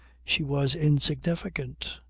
she was insignificant,